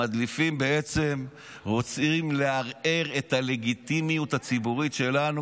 המדליפים רוצים לערער את הלגיטימיות הציבורית שלנו,